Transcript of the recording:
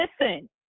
Listen